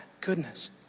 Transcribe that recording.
goodness